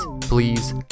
please